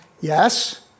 yes